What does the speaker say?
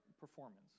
performance